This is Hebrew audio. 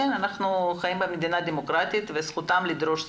אנחנו חיים במדינה דמוקרטית וזכותם לדרוש שכר,